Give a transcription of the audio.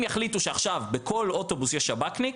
אם יחליטו שעכשיו בכל אוטובוס יש שב"כניק,